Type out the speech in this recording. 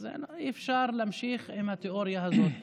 אפשר להמשיך עם התיאוריה הזאת,